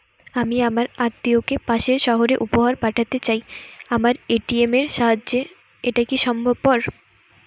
আমি আমার আত্মিয়কে পাশের সহরে উপহার পাঠাতে চাই আমার এ.টি.এম এর সাহায্যে এটাকি সম্ভবপর?